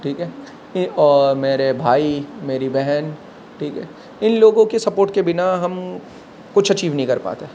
ٹھیک ہے اور میرے بھائی میری بہن ٹھیک ہے ان لوگوں کے سپورٹ کے بنا ہم کچھ اچیو نہیں کرپاتے